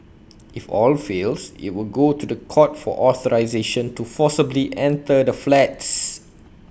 if all fails IT will go to The Court for authorisation to forcibly enter the flats